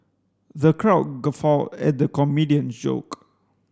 the crowd guffawed at the comedian's joke